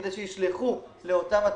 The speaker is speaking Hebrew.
כדי שישלחו לאותם התורים,